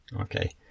Okay